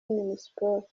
minispoc